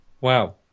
Wow